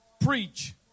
preach